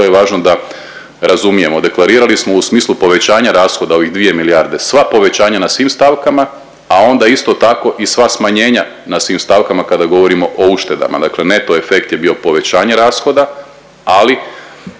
to je važno da razumijemo. Deklarirali smo u smislu povećanje rashoda ovih 2 milijarde sve povećanja na svim stavkama, a onda isto tako i sva smanjenja na svim stavkama kada govorimo o uštedama. Dakle, neto efekt je bio povećanje rashoda ali